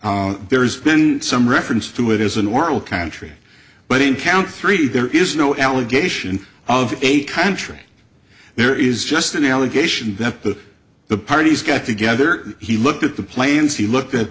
contract there's been some reference to it as a normal country but in count three there is no allegation of a country there is just an allegation that the the parties got together he looked at the plans he looked at